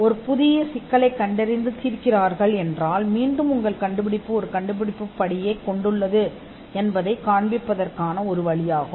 ஏனென்றால் நீங்கள் ஒரு புதிய சிக்கலைக் கண்டறிந்து தீர்த்துக் கொண்டால் உங்கள் கண்டுபிடிப்பு ஒரு கண்டுபிடிப்பு படியை உள்ளடக்கியது என்பதைக் காண்பிப்பதற்கான மற்றொரு வழியாகும்